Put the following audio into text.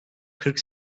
kırk